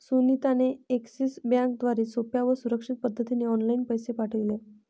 सुनीता ने एक्सिस बँकेद्वारे सोप्या व सुरक्षित पद्धतीने ऑनलाइन पैसे पाठविले